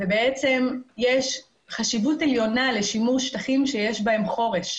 בעצם יש חשיבות עליונה לשימור שטחים שיש בהם חורש.